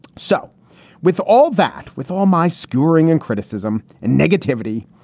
so with all that with all my skewering and criticism and negativity,